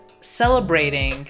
celebrating